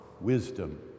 wisdom